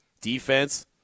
Defense